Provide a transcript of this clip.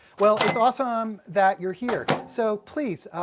well it's awesome that you're here! so please,